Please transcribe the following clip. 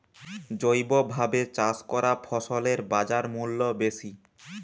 জৈবভাবে চাষ করা ফসলের বাজারমূল্য বেশি